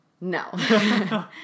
No